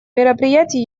мероприятий